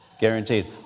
Guaranteed